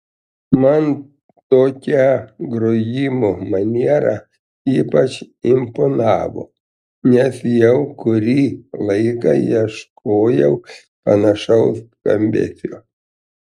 man tokia grojimo maniera ypač imponavo nes jau kurį laiką ieškojau panašaus skambesio